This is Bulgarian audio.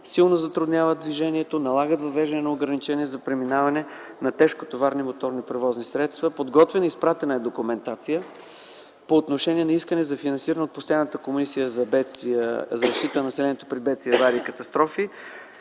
силно затрудняват движението, налагат въвеждането на ограничения за преминаване на тежкотоварни моторни превозни средства. Подготвена е и е изпратена документация с искане за финансиране от Постоянната комисия за защита на населението при бедствия, аварии и катастрофи.